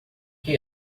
que